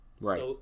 Right